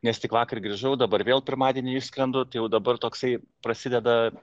nes tik vakar grįžau dabar vėl pirmadienį išskrendu tai jau dabar toksai prasideda